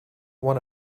one